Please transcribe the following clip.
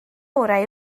orau